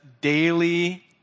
daily